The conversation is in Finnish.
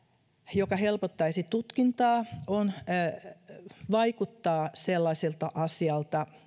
joka helpottaisi tutkintaa vaikuttaa sellaiselta asialta